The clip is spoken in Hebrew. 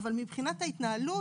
אבל מבחינת ההתנהלות,